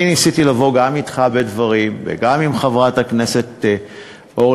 אני ניסיתי לבוא גם אתך בדברים וגם עם חברת הכנסת אורלי